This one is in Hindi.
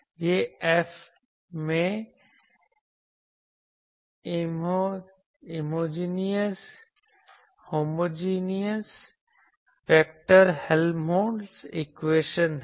यह F में इन्होमोजेनियस वेक्टर हेल्महोल्त्ज़ इक्वेशन है